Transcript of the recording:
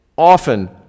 Often